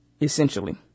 essentially